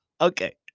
Okay